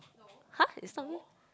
!huh! it's not meh